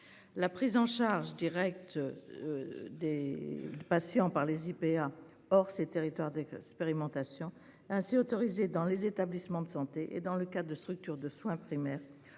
La prise en charge directe. Des patients par les IPA. Or ces territoires désespérément assure ainsi autorisée dans les établissements de santé et dans le cas de structures de soins primaires